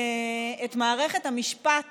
את צריך לעזוב מערכת המשפט